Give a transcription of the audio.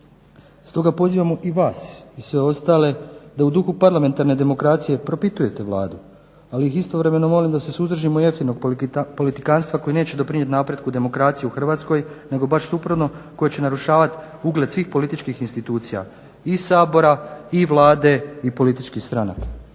Stoga pozivamo i vas i sve ostalo da u duhu parlamentarne demokracije propitujete Vlade, ali ih istovremeno molim da se suzdržimo jeftinog politikantstva koje neće doprinijet napretku demokracije u Hrvatskoj nego baš suprotno, koje će narušavat ugled svih političkih institucija, i Sabora i Vlade i političkih stranaka.